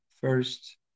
first